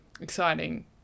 exciting